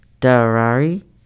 darari